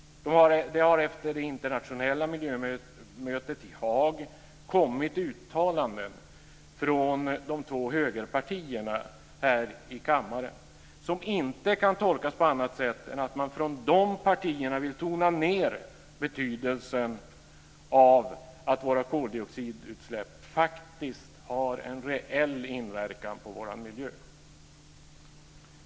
Det har efter det internationella miljömötet i Haag kommit uttalanden från de två högerpartierna här i kammaren som inte kan tolkas på annat sätt än att man från de partierna vill tona ned betydelsen av att våra koldioxidutsläpp faktiskt har en reell inverkan på vår miljö.